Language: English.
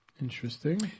Interesting